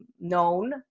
known